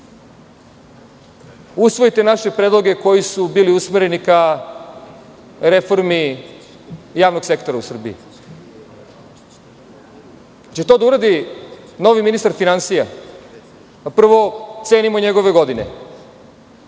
usvojite naše predloge koji su bili usmereni ka reformi javnog sektora u Srbiji? Hoće li to da uradi novi ministar finansija? Pa, prvo, cenimo njegove godine.